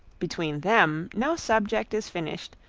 between them no subject is finished,